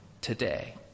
today